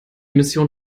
mission